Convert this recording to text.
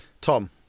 Tom